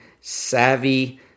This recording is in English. savvy